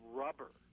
rubber